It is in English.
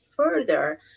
Further